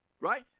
right